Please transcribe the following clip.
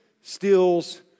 steals